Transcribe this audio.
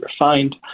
refined